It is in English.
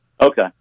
Okay